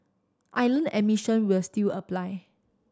island admission will still apply